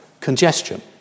congestion